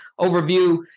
overview